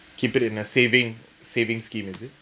keep it in a saving saving scheme is it